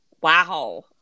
wow